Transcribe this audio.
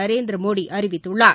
நரேந்திரமோடிஅறிவித்துள்ளார்